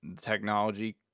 technology